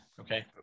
Okay